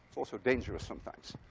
also dangerous sometimes.